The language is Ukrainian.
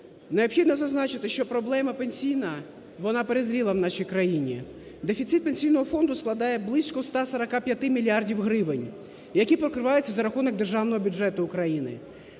Необхідно зазначити, що проблема пенсійна вона перезріла в нашій країні. Дефіцит Пенсійного фонду складає близько 145 мільярдів гривень, які покриваються за рахунок державного бюджету України.